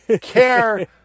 care